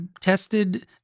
tested